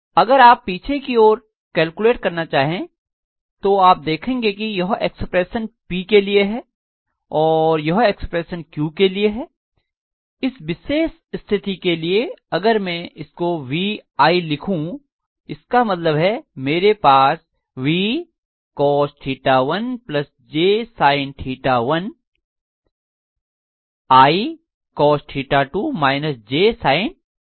अगर आप पीछे की ओर कैलकुलेट करना चाहे तो आप देखेंगे कि यह एक्सप्रेशन P के लिए है और यह एक्सप्रेशन Q के लिए इस विशेष स्थिति के लिए अगर मैं इसको VI लिखूं इसका मतलब है मेरे पास V Cos 1 jSin 1 I Cos 2 − jSin 2 होगा